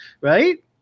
Right